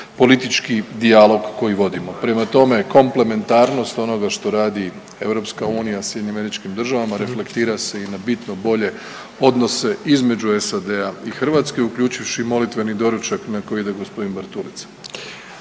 politički dijalog koji vodimo. Prema tome, komplementarnost onoga što radi EU u Sjedinjenim Američkim Državama reflektira se i na bitno bolje odnose između SAD-a i Hrvatske uključujući i molitveni doručak na koji ide gospodin Bartulica.